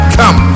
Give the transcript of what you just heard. come